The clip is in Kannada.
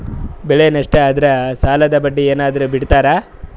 ಬೆಳೆ ನಷ್ಟ ಆದ್ರ ಸಾಲದ ಬಡ್ಡಿ ಏನಾದ್ರು ಬಿಡ್ತಿರಾ?